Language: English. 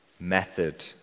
method